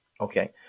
okay